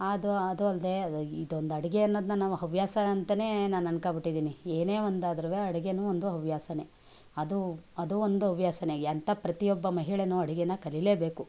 ಅದು ಅದು ಅಲ್ಲದೇ ಇದೊಂದು ಅಡುಗೆ ಅನ್ನೋದನ್ನ ನಾವು ಹವ್ಯಾಸ ಅಂತಾನೇ ನಾನು ಅನ್ಕಂಬಿಟ್ಟಿದ್ದೀನಿ ಏನೇ ಒಂದಾದ್ರು ಅಡುಗೇನು ಒಂದು ಹವ್ಯಾಸನೇ ಅದು ಅದು ಒಂದು ಹವ್ಯಾಸನೇ ಎಂಥ ಪ್ರತಿಯೊಬ್ಬ ಮಹಿಳೆನು ಅಡುಗೇನ ಕಲಿಲೇಬೇಕು